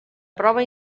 prova